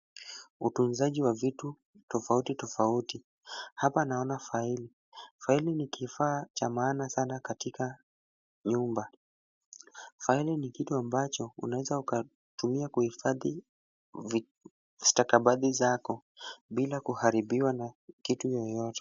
Utunzaji wa vitu tofauti tofauti, hapa naona faili ,faili ni kifaa cha maana sana katika nyumba ,faili ni kitu ambacho unaweza kuitumia kuifadhi stakabadhi zako bila kuharibiwa na kitu yoyote.